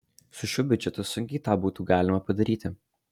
su šiuo biudžetu sunkiai tą būtų galima padaryti